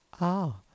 Ah